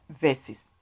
verses